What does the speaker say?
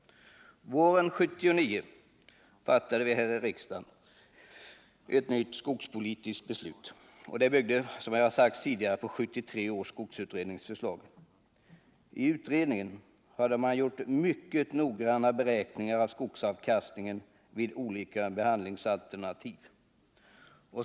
Våren 1979 fattade vi här i riksdagen ett nytt skogspolitiskt beslut, vilket som jag tidigare sagt byggde på 1973 års skogsutredningsförslag. I utredningen hade man gjort mycket noggranna beräkningar av skogsavkastningen vid olika behandlingsalternativ.